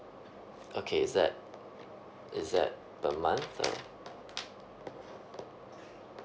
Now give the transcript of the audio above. okay is that is that per month or